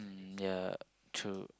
ya true